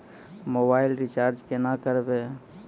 Mobile recharge केना करबै?